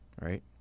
right